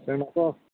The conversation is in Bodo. जोंनाथ'